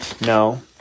No